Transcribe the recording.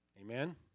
Amen